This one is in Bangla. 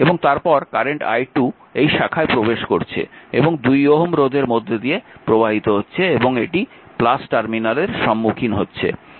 এবং তারপর কারেন্ট i2 এই শাখায় প্রবেশ করছে এবং 2 ওহম রোধের মধ্য দিয়ে প্রবাহিত হচ্ছে এবং এটি টার্মিনালের সম্মুখীন হচ্ছে